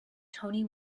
toni